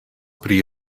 pri